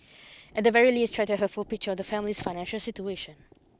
at the very least try to have a full picture of the family's financial situation